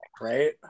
Right